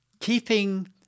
keeping